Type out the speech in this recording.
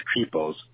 creepos